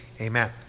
Amen